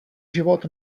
život